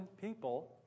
people